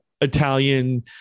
Italian